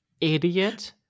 Idiot